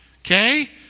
Okay